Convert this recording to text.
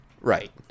right